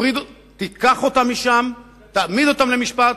תיקח אותם משם ותעמיד אותם למשפט,